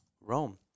rome